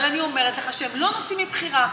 אבל אני אומרת לך שהם לא נוסעים מבחירה.